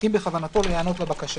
אם בכוונתו להיענות לבקשה.